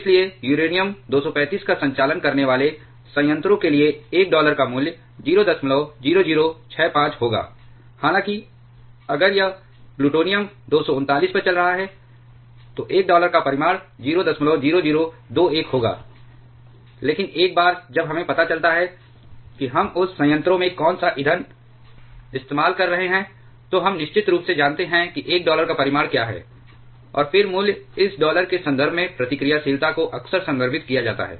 इसलिए यूरेनियम 235 का संचालन करने वाले संयंत्रों के लिए एक डॉलर का मूल्य 00065 होगा हालांकि अगर यह प्लूटोनियम 239 पर चल रहा है तो एक डॉलर का परिमाण 00021 होगा लेकिन एक बार जब हमें पता चलता है कि हम उस संयंत्रों में कौन सा ईंधन इस्तेमाल कर रहे हैं तो हम निश्चित रूप से जानते हैं कि एक डॉलर का परिमाण क्या है और फिर मूल्य इस डॉलर के संदर्भ में प्रतिक्रियाशीलता को अक्सर संदर्भित किया जाता है